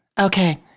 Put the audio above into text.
Okay